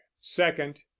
second